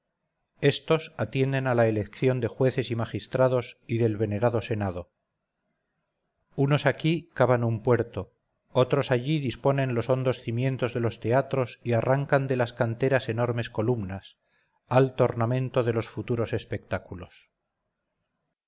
estos atienden a la elección de jueces y magistrados y del venerado senado unos aquí cavan un puerto otros allí disponen los hondos cimientos de los teatros y arrancan de las canteras enormes columnas alto ornamento de los futuros espectáculos